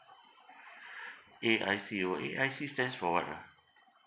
A_I_C orh A_I_C stands for what ah